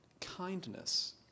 kindness